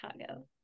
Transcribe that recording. chicago